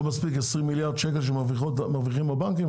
לא מספיקים ה-20 מיליארד ₪ שמרוויחים הבנקים?